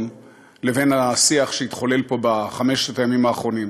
לבין השיח שהתחולל פה בחמשת הימים האחרונים,